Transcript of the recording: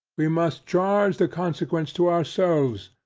we must charge the consequence to ourselves,